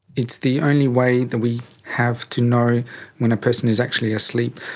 it's the only way that we have to know when a person is actually asleep.